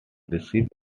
received